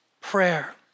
prayer